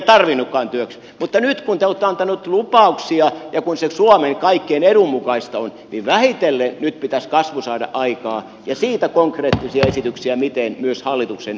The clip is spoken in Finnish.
mutta nyt kun te olette antaneet lupauksia ja kun se suomelle kaikkein edunmukaisinta on niin vähitellen nyt pitäisi kasvu saada aikaan ja konkreettisia esityksiä siitä miten joutaisi myös hallituksen kertoa